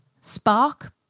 spark